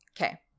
Okay